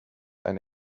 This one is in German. ein